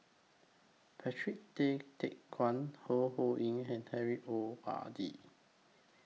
Patrick Tay Teck Guan Ho Ho Ying and Harry O R D